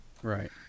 Right